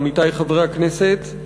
עמיתי חברי הכנסת,